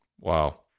Wow